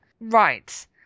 Right